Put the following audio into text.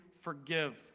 forgive